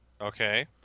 Okay